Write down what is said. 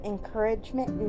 Encouragement